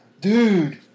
dude